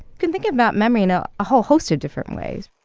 can think about memory in ah a whole host of different ways.